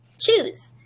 Choose